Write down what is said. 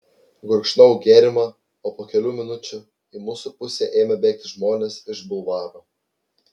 gurkšnojau gėrimą o po kelių minučių į mūsų pusę ėmė bėgti žmonės iš bulvaro